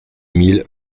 mille